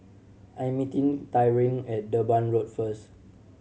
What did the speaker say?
I am meeting Tyrin at Durban Road first